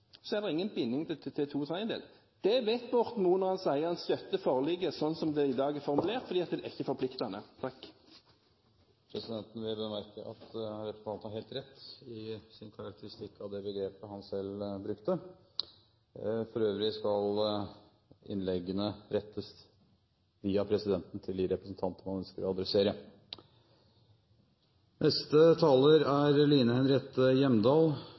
er det ingen binding til to tredjedeler. Det vet Borten Moe når han sier at han støtter forliket slik som det i dag er formulert, for det er ikke forpliktende. Presidenten vil bemerke at representanten har helt rett i sin karakteristikk av begrepet han brukte. For øvrig skal innleggene rettes via presidenten til de representanter man ønsker å adressere.